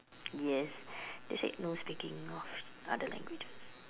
yes they said no speaking of other languages